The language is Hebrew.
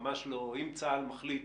אם צבא הגנה לישראל מחליט